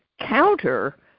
counter